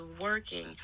working